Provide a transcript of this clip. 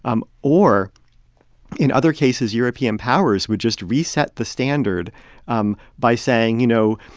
um or in other cases, european powers would just reset the standard um by saying, you know,